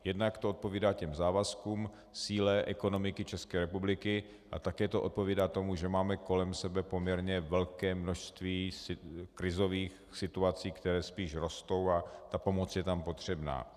Jednak to odpovídá těm závazkům, síle ekonomiky České republiky a také to odpovídá tomu, že máme kolem sebe poměrně velké množství krizových situací, které spíš rostou, a ta pomoc je tam potřebná.